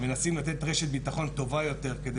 מנסים לתת רשת ביטחון טובה יותר כדי